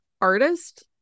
artist